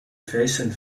feestten